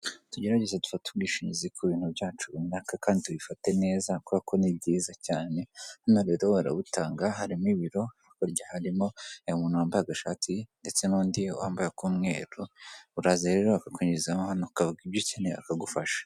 Tugerageze dufate ubwishingizi ku bintu byacu runaka kandi tubifate neza kubera ko ni byiza cyane, hano rero barabutanga harimo ibiro hagiye harimo umuntu wambaye agashati ndetse n'undi wambaye ak'umweru, uraza rero akakwinjizamo ukavuga ibyo ukeneye akagufasha.